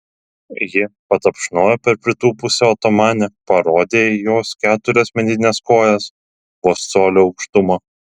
ji patapšnojo per pritūpusią otomanę parodė į jos keturias medines kojas vos colio aukštumo